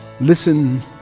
listen